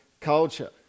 culture